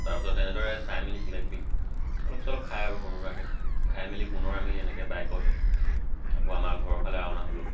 তাৰপিছত তেনেদৰে চাই মেলি কিবাকিবি অলপ চলপ খায় আৰু সৰু সুৰাকৈ খাই মেলি পুনৰ আমি এনেকৈ বাইকত আকৌ আমাৰ ঘৰৰ ফালে ৰাওনা হ'লোঁ